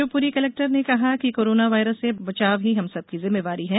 Shivpuri collector ने कहा कि कोरोना वायरस से बचाव से हम सबकी जिम्मेदारी है